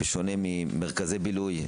בשונה ממרכזי בילוי,